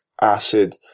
acid